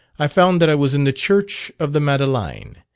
i found that i was in the church of the madeleine.